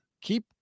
keep